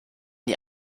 die